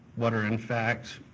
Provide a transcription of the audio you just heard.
what are, in fact,